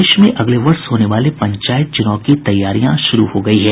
प्रदेश में अगले वर्ष होने वाले पंचायत चूनाव की तैयारियां शुरू हो गई है